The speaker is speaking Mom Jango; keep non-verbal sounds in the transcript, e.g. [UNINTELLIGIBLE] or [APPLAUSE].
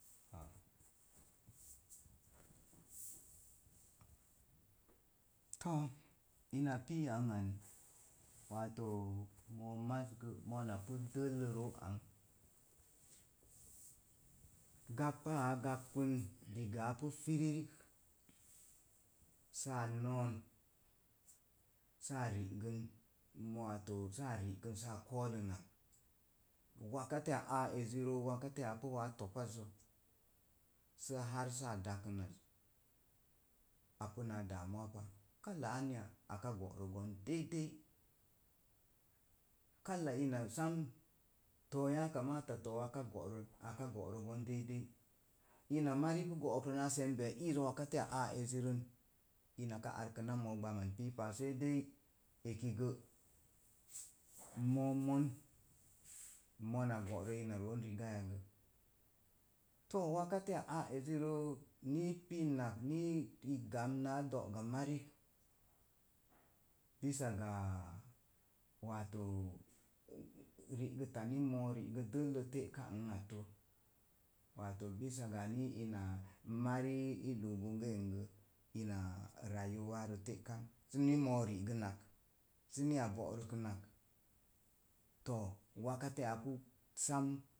[NOISE] to̱o̱ ina pii ri ang an wato moo maz gə, mona pu dəllə roo an, gagbaa a gagbən diga apu firirik, saa noon saa rigən saa kolən nak wato waktiya aa ezeroo wato waa topazo sə har saa dakənaz apu naa damuwa pa. Kala ai anya aka go'rəgən deidei kala ina sam too yakamata too aka go'rən, aka go'rə gən deidei, ina marii pu go'ok naa iiz [UNINTELLIGIBLE] aa ezirən, ina ka arkəna moo gbaman piipa, sei dei ekigə, moo mon [NOISE] mona go'rə ma roon rigaya gə. To wakatiya aa ezirə nii pinak nii i gan naa do'ga marik bisa ga wato rigəta ni moo ri'gət dələ te'ka ana at tə wat bisaya ina marii i doo bonge n gə inaa rayuwa rə te'kan səni moo rigən nak, sə ni a bo'rəkənak, to̱o̱ wakatiya apu sam